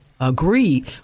Agree